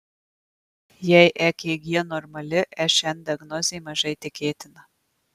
jei ekg normali šn diagnozė mažai tikėtina